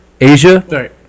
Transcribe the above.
Asia